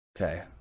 Okay